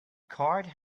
card